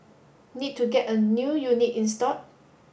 need to get a new unit installed